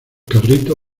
carrito